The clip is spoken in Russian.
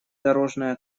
дорожная